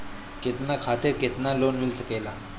केतना समय खातिर लोन मिल सकेला?